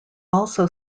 also